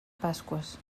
pasqües